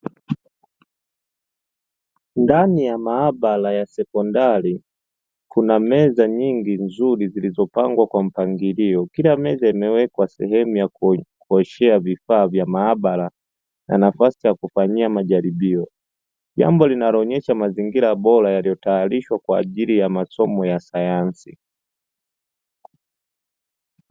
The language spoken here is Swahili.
Ndani ya maabara ya sekondari, kuna meza nyingi nzuri zilizopangwa kwa mpangilio, kila meza imewekwa sehemu ya kuoshea vifaa vya maabara na nafasi ya kufanyia majaribio. Jambo linaloonyesha mazingira bora yaliyotayarishwa kwa ajili ya masomo ya sayansi.